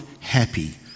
happy